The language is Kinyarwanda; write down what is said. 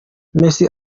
mesi